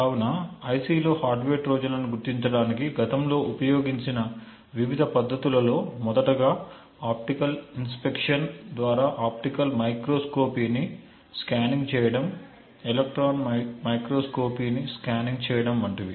కావున ఐసిలో హార్డ్వేర్ ట్రోజన్లను గుర్తించడానికి గతంలో ఉపయోగించిన వివిధ పద్ధతులలో మొదటగా ఆప్టికల్ ఇన్స్పెక్షన్ ద్వారా ఆప్టికల్ మైక్రోస్కోపీని స్కానింగ్ చేయడం ఎలక్ట్రాన్ మైక్రోస్కోపీని స్కానింగ్ చేయడం వంటివి